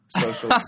social